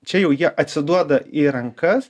čia jau jie atsiduoda į rankas